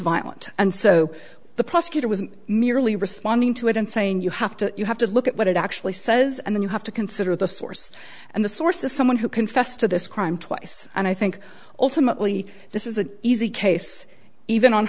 violent and so the prosecutor was merely responding to it and saying you have to you have to look at what it actually says and then you have to consider the source and the source is someone who confessed to this crime twice and i think ultimately this is an easy case even on